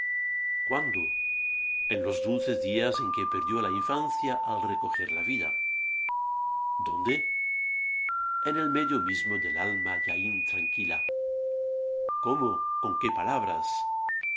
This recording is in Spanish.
cuándo en los dulces días en que perdió la infancia al recojer la vida dónde en el medio mismo del alma ya intranquila cómo con qué palabras